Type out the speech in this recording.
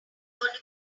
gonna